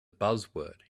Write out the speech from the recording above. buzzword